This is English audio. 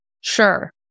Sure